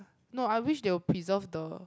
no I wish they'll preserved the